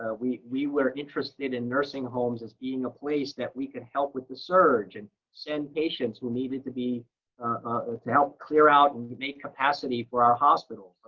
ah we we were interested in nursing homes as being a place that we could with the surge and send patients who needed to be to help clear out and make capacity for our hospitals.